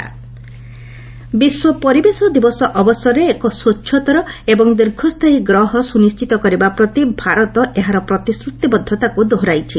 environment day ବିଶ୍ୱ ପରିବେଶ ଦିବସ ଅବସରରେ ଏକ ସ୍ୱଚ୍ଚତର ଏବଂ ଦୀର୍ଘସ୍ଥାୟୀ ଗ୍ରହ ସୁନିଷ୍ଟିତ କରିବା ପ୍ରତି ଭାରତ ଏହାର ପ୍ରତିଶ୍ରତିବଦ୍ଧତାକୁ ଦୋହରାଇଛି